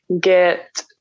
get